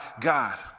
God